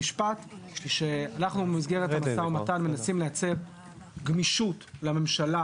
במסגרת המשא ומתן אנחנו מנסים לייצר גמישות לממשלה,